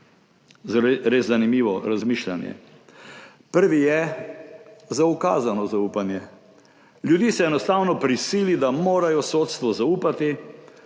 Res zanimivo razmišljanje. »Prvi je zaukazano zaupanje. Ljudi se enostavno prisili, da morajo sodstvu zaupati.